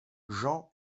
jean